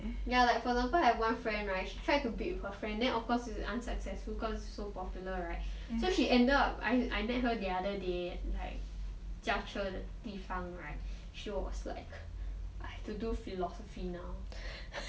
ya like for example I have one friend right she tried to bid with her friend then of course it's unsuccessful because it's so popular right so she ended up I I met her the other day like 驾车的地方:jia che dedi fang right she was like I have to do philosophy now